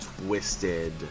twisted